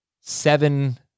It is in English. seven